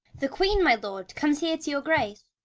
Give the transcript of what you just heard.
the queen, my lord, comes here to your grace,